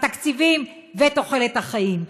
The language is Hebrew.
התקציבים ותוחלת החיים.